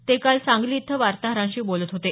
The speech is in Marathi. ते काल सांगली इथं वार्ताहरांशी बोलत होते